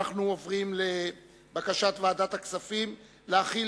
אנחנו עוברים לבקשת ועדת הכספים להחיל